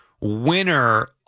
winner